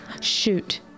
Shoot